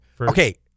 okay